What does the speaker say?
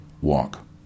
walk